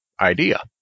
idea